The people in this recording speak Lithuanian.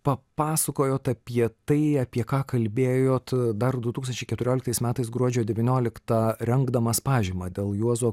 papasakojot apie tai apie ką kalbėjot dar du tūkstančiai keturioliktais metais gruodžio devynioliktą rengdamas pažymą dėl juozo